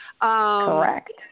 Correct